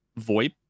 VoIP